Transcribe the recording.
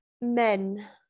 Men